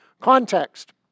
context